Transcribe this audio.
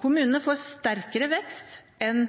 Kommunene får sterkere vekst enn